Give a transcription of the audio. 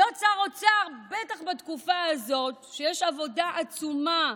בטח בתקופה הזאת, שיש עבודה עצומה